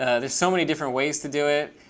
there's so many different ways to do it.